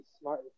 smart